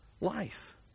life